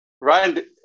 Ryan